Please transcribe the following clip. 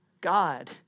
God